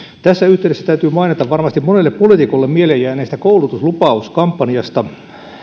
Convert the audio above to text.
tässä yhteydessä täytyy mainita varmasti monelle poliitikolle mieleen jääneestä koulutuslupauskampanjasta